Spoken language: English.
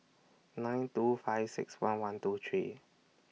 nine two five six one one two three